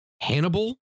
Hannibal